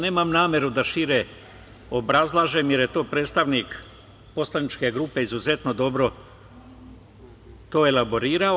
Nemam nameru da šire obrazlažem, jer je to predstavnik poslaničke grupe izuzetno dobro elaborirao.